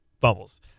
fumbles